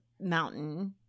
mountain